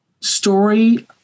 story